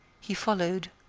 he followed,